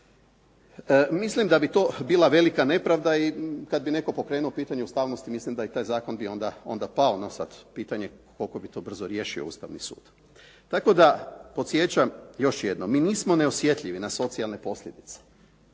mislim da bi to bila velika nepravda i kad bi netko pokrenuo pitanje ustavnosti, mislim da taj zakon bi onda pao, no sad pitanje koliko bi to brzo riješio Ustavni sud. Tako da podsjećam još jednom, mi nismo neosjetljivi na socijalne posljedice,